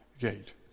Gate